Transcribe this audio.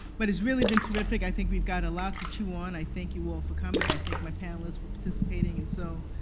but it's really been terrific. i think we've got a lot to chew on. i thank you all for coming. i thank my panelists for participating. and so